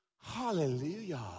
Hallelujah